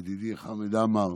ידידי חמד עמאר,